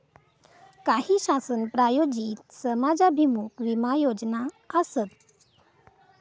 काही शासन प्रायोजित समाजाभिमुख विमा योजना आसत